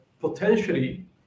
potentially